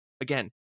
again